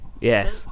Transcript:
Yes